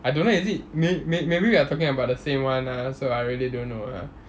I don't know is it may may maybe you are talking about the same [one] ah so I really don't know ah